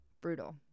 Brutal